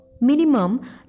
minimum